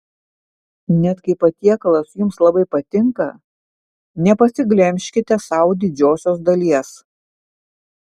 net kai patiekalas jums labai patinka nepasiglemžkite sau didžiosios dalies